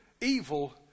evil